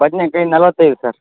ಬದ್ನೆಕಾಯಿ ನಲವತ್ತೈದು ಸರ್